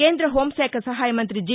కేంద్ర హోంశాఖ సహాయమంతి జి